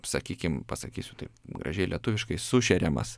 sakykim pasakysiu taip gražiai lietuviškai sušeriamas